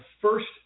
first